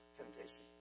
temptation